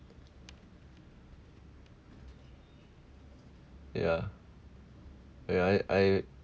yeah yeah I I